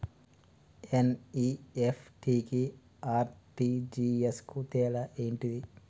NEFT కి RTGS కు తేడా ఏంటిది?